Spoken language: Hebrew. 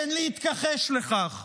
אין להתכחש לכך,